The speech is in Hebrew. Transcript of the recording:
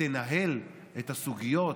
תנהל את הסוגיות